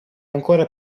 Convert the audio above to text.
ancora